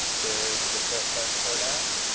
there is the shortcut for that.